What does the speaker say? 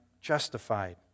justified